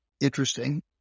interesting